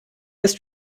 ist